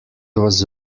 was